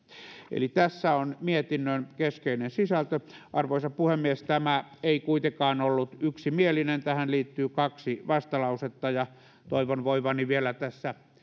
eli tässä on mietinnön keskeinen sisältö arvoisa puhemies tämä ei kuitenkaan ollut yksimielinen tähän liittyy kaksi vastalausetta ja toivon voivani vielä tässä